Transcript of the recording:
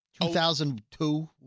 2002